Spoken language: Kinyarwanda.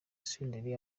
senderi